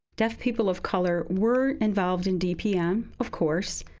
deaf people of color were involved in dpn, of course,